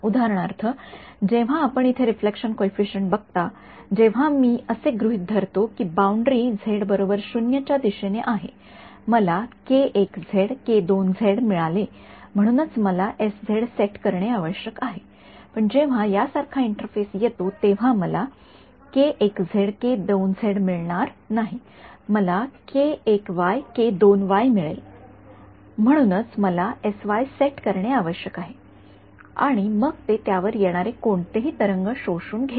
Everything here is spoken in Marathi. उदाहरणार्थ जेव्हा आपण इथे रिफ्लेक्शन कॉइफिसिएंट बघता जेव्हा मी असे गृहीत धरतो कि बाऊंडरी च्या दिशेने आहे मला मिळाले म्हणूनच मला सेट करणे आवश्यक आहेपण जेव्हा यासारखा इंटरफेस येतो तेव्हा मला मिळणार नाही मला मिळेल आहे म्हणूनच मला सेट करणे आवश्यक आहे आणि मग ते त्यावर येणारे कोणतेही तरंग शोषून घेईल